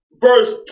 verse